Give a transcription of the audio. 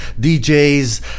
DJs